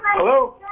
hello!